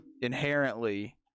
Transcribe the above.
inherently